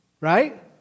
right